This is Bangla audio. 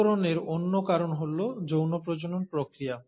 প্রকরণের অন্য কারণ হল যৌন প্রজনন প্রক্রিয়া